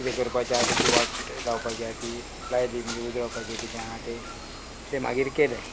कितें करपाची आहा तेची वाट लावपाची आहा ती लायली म्हणजे उदळपाचे कितें आहा तें मागीर केले